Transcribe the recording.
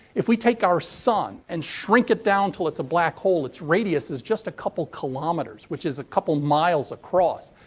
if we take our sun and shrink it down until it's a black hole, hole, its radius is just a couple kilometers, which is a couple miles across.